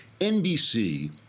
NBC